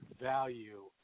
value